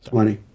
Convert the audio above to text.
Twenty